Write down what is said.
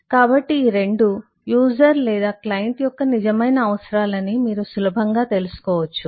కాబట్టి ఈ రెండూ యూజర్ లేదా క్లయింట్ యొక్క నిజమైన అవసరాలు అని మీరు సులభంగా తెలుసుకోవచ్చు